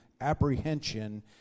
apprehension